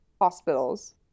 hospitals